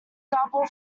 double